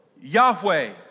Yahweh